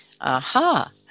Aha